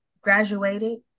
graduated